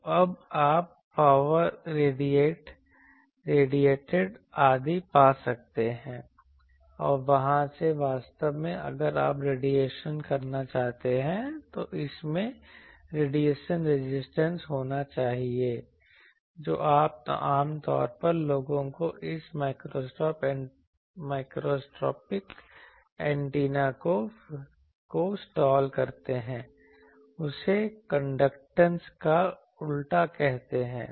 तो अब आप पॉवर रेडिएटेड आदि पा सकते हैं और वहां से वास्तव में अगर आप रेडिएशन करना चाहते हैं तो इसमें रेडिएशन रेजिस्टेंस होना चाहिए जो आम तौर पर लोगों को इस माइक्रोस्ट्रिप एंटिना को स्लॉट करते हैं उसे कंडक्टेंस का उलटा कहते हैं